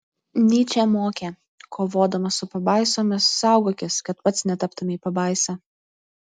nyčė mokė kovodamas su pabaisomis saugokis kad pats netaptumei pabaisa